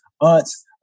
aunts